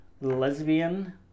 lesbian